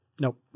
nope